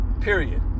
Period